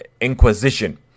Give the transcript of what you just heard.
Inquisition